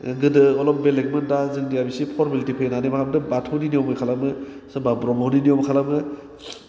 गोदो अलफ बेलेगमोन दा जोंनाया एसे फरमेलिटि फैनानै मा बाथौनि नियमजों खालामो सोरबा ब्रह्मनि नियम खालामो